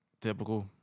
Typical